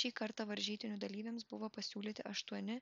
šį kartą varžytinių dalyviams buvo pasiūlyti aštuoni